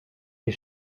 des